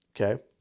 Okay